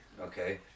Okay